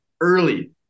early